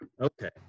Okay